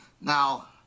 Now